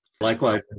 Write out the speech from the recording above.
Likewise